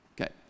Okay